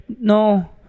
no